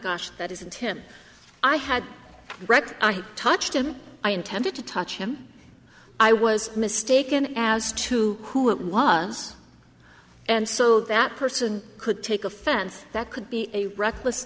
gosh that isn't him i had wrecked i touched him i intended to touch him i was mistaken as to who it was and so that person could take offense that could be a re